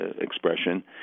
expression